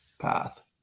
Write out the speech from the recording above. path